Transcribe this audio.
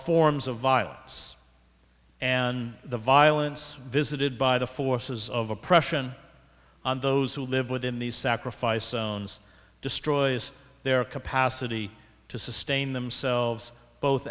forms of violence and the violence visited by the forces of oppression on those who live within these sacrifice owns destroys their capacity to sustain themselves both